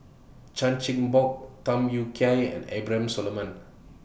Chan Chin Bock Tham Yui Kai and Abraham Solomon